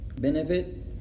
Benefit